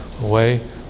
away